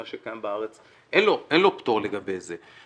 מה שקיים בארץ, אין לו פטור לגבי זה.